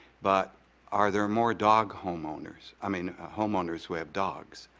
but are there more dog homeowners? i mean, ah homeowners who have dogs?